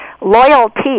loyalty